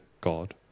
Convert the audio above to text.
God